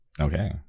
Okay